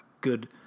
good